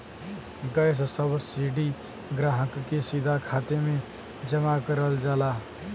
gas subsidy ग्राहक के सीधा खाते में जमा करल जाला